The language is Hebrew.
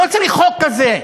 לא צריך חוק כזה.